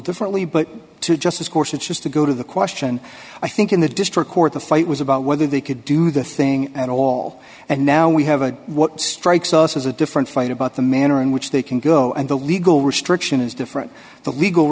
differently but to just of course it's just to go to the question i think in the district court the fight was about whether they could do the thing at all and now we have a what strikes us as a different fight about the manner in which they can go and the legal restriction is different the legal